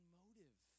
motive